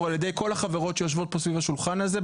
על ידי כל החברות שיושבות פה סביב השולחן הזה,